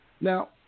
Now